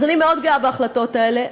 אז אני מאוד גאה בהחלטות האלה.